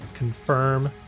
confirm